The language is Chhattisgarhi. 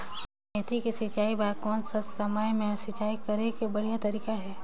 मेथी के खेती बार कोन सा समय मां सिंचाई करे के बढ़िया तारीक हे?